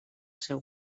seu